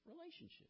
relationship